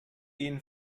ihnen